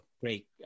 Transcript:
great